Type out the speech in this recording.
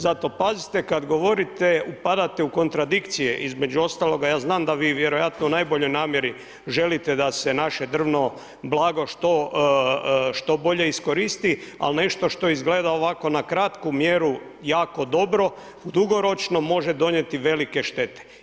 Zato pazite kada govorite upadate u kontradikcije, između ostaloga, ja znam da vi vjerojatno u najboljem namjeri želite da se naše drvno blago što bolje iskoristi, ali nešto što izgleda ovako na kratku mjeru jako dobro, dugoročno može donijeti velike štete.